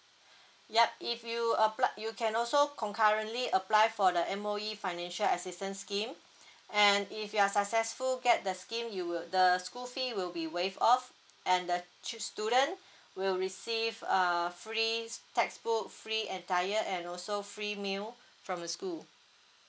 yup if you applied you can also concurrently apply for the M_O_E financial assistance scheme and if you are successful get the scheme you will the school fee will be waived off and the tui~ student will receive uh free textbook free attire and also free meal from the school